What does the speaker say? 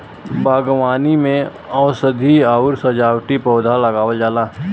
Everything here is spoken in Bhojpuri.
बागवानी में औषधीय आउर सजावटी पौधा लगावल जाला